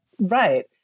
Right